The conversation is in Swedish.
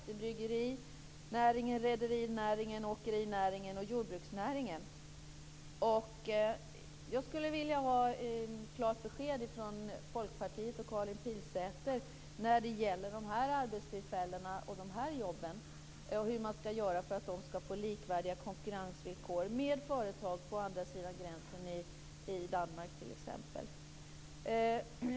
Det är bryggerinäringen, rederinäringen, åkerinäringen och jordbruksnäringen. Jag skulle vilja ha klart besked från Folkpartiet och Karin Pilsäter när det gäller arbetstillfällen inom dessa branscher och hur man skall göra för att dessa branscher skall få konkurrensvillkor som är likvärdiga med dem som gäller företag på andra sidan gränsen, t.ex. i Danmark.